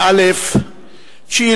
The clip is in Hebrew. ה' באדר א' תשע"א,